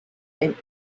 drink